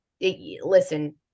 listen